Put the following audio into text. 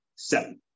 seven